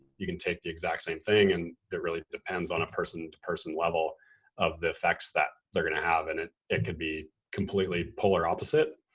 you can take the exact same thing and it really depends on a person to person level of the effects that they're gonna have. and it it can be completely polar opposite,